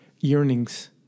yearnings